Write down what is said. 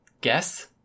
Guess